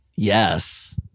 Yes